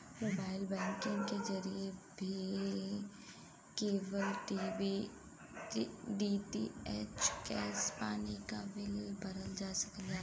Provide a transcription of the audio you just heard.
mobile banking के जरिए भी केबल टी.वी डी.टी.एच गैस पानी क बिल भरल जा सकला